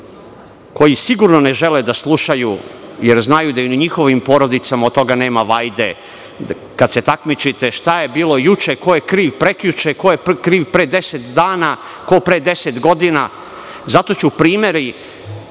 koji sigurno ne žele da slušaju, jer znaju da u njihovim porodicama od toga nema vajde, kada se takmičite šta je bilo juče, ko je kriv prekjuče, ko je kriv pre 10 dana, ko pre 10 godina. Primeri